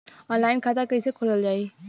Online खाता कईसे खोलल जाई?